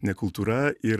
ne kultūra ir